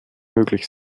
möglich